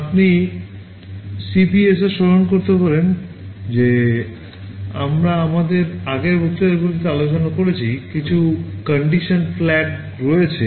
আপনি CPSR স্মরণ করতে পারেন যে আমরা আমাদের আগের বক্তৃতাগুলিতে আলোচনা করেছি কিছু condition flagরয়েছে